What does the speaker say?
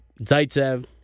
Zaitsev